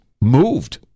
moved